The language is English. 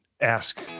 ask